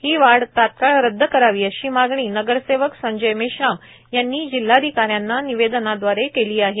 ही वाढ तत्काळ रद्द करावी अशी मागणी नगरसेवक संजय मेश्राम यांनी जिल्हाधिकाऱ्यांना निवेदनादवारे केली आहे